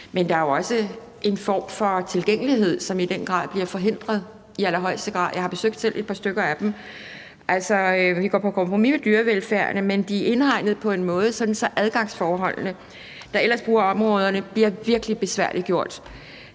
men der er jo også en form for tilgængelighed, som i den grad bliver forhindret – i allerhøjeste grad. Jeg har selv besøgt et par stykker af dem. Altså, vi går på kompromis med dyrevelfærden, men de er indhegnet på en måde, sådan at adgangen for dem, der ellers bor i områderne, virkelig bliver besværliggjort